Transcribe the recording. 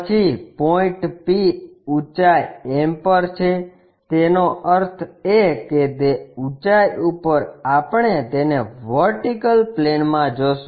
પછી point P ઊંચાઇ m પર છે તેનો અર્થ એ કે તે ઉંચાઇ ઉપર આપણે તેને વર્ટિકલ પ્લેનમાં જોશું